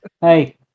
Hey